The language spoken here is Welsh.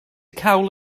cawl